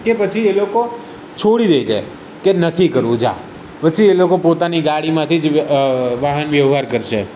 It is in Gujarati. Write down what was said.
કે પછી એ લોકો છોડી દે છે કે નથી કરવું જા પછી એ લોકો પોતાની ગાડીમાંથી જ વાહન વ્યવહાર કરશે